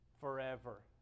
forever